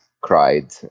cried